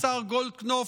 השר גולדקנופ,